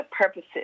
purposes